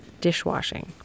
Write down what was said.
dishwashing